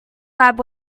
lab